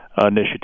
Initiative